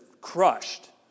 crushed